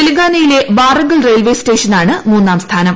തെലങ്കാനയിലെ വാറങ്കൽ റെയിൽവേ സ്റ്റേഷനാണ് മൂന്നാം സ്ഥാനം